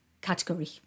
category